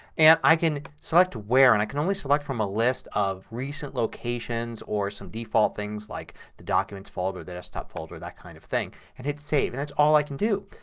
and i can select where. and i can only select from a list of recent locations or some default things like the documents folder and the desktop folder, that kind of thing and hit save. that's all i can do.